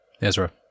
Ezra